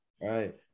right